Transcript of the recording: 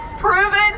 Proven